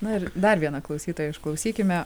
na ir dar viena klausytoja išklausykime